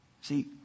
See